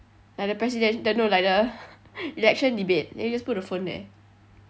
like the presidential the no like the election debate then you just put the phone there